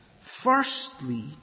Firstly